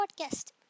Podcast